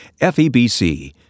FEBC